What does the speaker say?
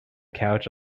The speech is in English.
couch